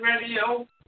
Radio